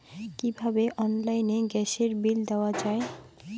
কিভাবে অনলাইনে গ্যাসের বিল দেওয়া যায়?